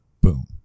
Boom